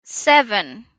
seven